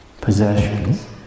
possessions